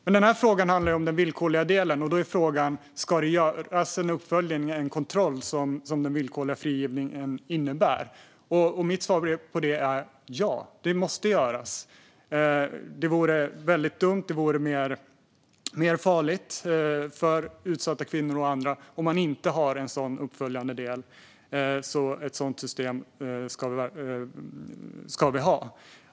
Det här handlar dock om den villkorliga delen. Då är frågan: Ska den villkorliga frigivningen innebära att det görs en uppföljning och en kontroll? Mitt svar på det är: Ja, det måste göras. Det vore väldigt dumt och farligt för utsatta kvinnor och andra om man inte hade en sådan uppföljande del. Ett sådant system ska vi alltså ha.